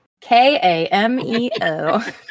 K-A-M-E-O